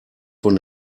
von